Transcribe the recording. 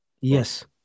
Yes